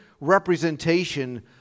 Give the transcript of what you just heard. representation